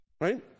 Right